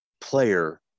player